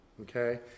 Okay